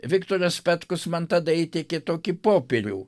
viktoras petkus man tada įteikė tokį popierių